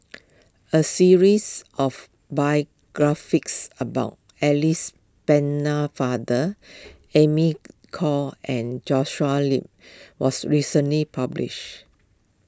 a series of biographies about Alice Pennefather Amy Khor and Joshua Lip was recently published